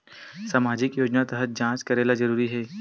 सामजिक योजना तहत जांच करेला जरूरी हे